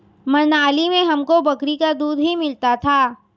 मनाली में हमको बकरी का दूध ही मिलता था